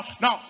no